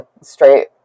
straight